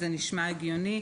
זה נשמע הגיוני,